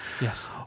Yes